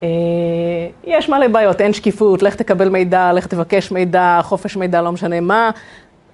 יש מלא בעיות, אין שקיפות, לך תקבל מידע, לך תבקש מידע, חופש מידע, לא משנה מה